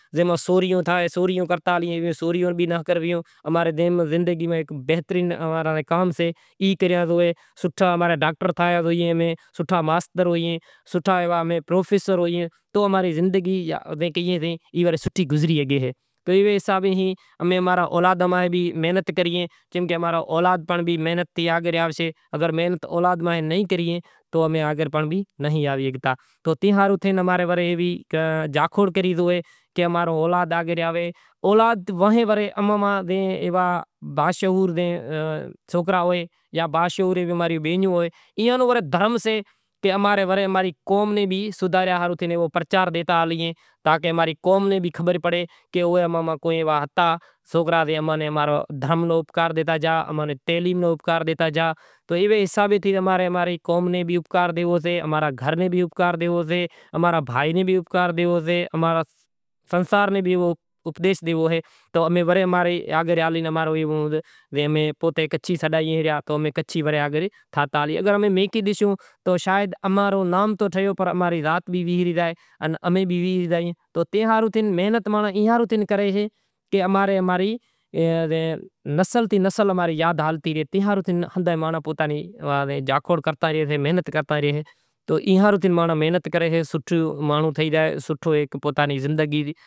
اہوا کام ناں تھائے جے ماں سوریوں کرتا ہالو۔ جے زندگی ماں بہترین کام سے ای کریا ہالو، سوٹھا ڈاکٹر تھائیں سوٹھا ماستر ہوئیں۔ سوٹھا ایوا پروفیسر ہوئیں تو اماں نی زندگی سوٹھی گزری شگے تو ایوا حساب ماں امیں امارا اولاد میں محنت کریں تو امارا اولاد بھی محنتی تھائیں۔ تو اولاد آگر آوے تو ایوا باشعور سوکرا ہوئیں جاں تو اے ہاروں محنت کریئیں تو نسل در نسل اماں ری یاد ہالتی راہشے۔